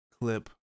clip